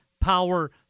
Power